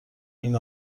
این